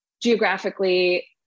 geographically